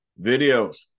videos